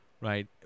right